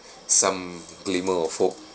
some glimmer of hope